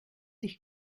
dich